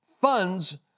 funds